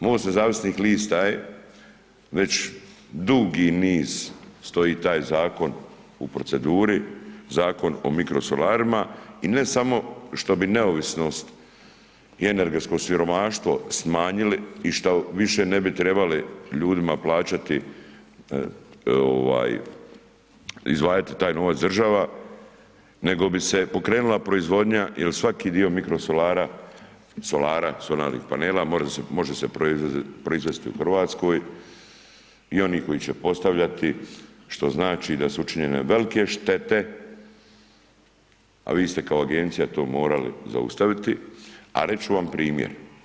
MOST nezavisnih lista je već dugi niz stoji taj zakon u proceduri, Zakon o mikrosolarima i ne samo što bi neovisnost i energetsko siromaštvo smanjili šta više ne bi trebali ljudima plaćati, izdvajati taj novac država nego bi se pokrenula proizvodnja jer svaki dio mikrosolara, solara, solarnih panela može se proizvesti u Hrvatskoj i oni koji će postavljati što znači da su učinjene velike štete a vi ste kao agencija to morali zaustaviti a reći ću vam primjer.